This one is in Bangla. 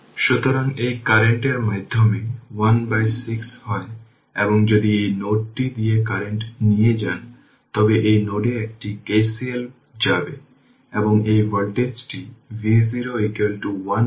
সুতরাং এই জিনিসটি যদি দেখুন যেটি 10 Ω এবং 40 Ω তারা প্যারালাল এবং এটি হল dependent voltage source ix ix